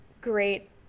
great